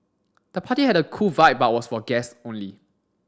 the party had a cool vibe but was for guests only